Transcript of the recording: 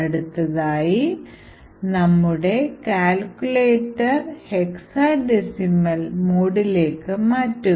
അടുത്തതായി നമ്മുടെ calculator hexadecimal മോഡി ലേക്ക് മാറ്റുക